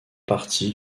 partie